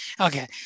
Okay